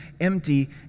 empty